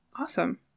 Awesome